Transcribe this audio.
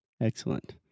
Excellent